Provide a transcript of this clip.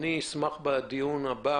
אשמח בדיון הבא